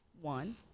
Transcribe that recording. One